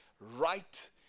right